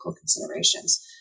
considerations